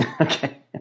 Okay